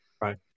right